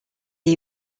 est